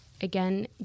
again